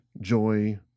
joy